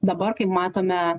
dabar kai matome